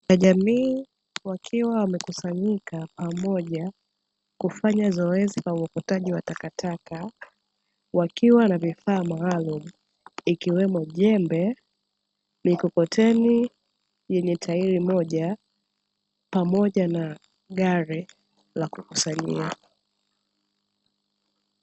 Wanajamii wakiwa wamekusanyika pamoja kufanya zoezi la uokotaji wa takataka, wakiwa na vifaa maalum ikiwemo jembe, mikokoteni yenye tairi moja, pamoja na gari la kukusanyia.